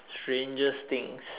strangest thing